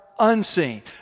unseen